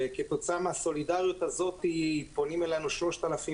וכתוצאה מהסולידריות הזאת פונים אלינו 3,000